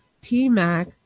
T-Mac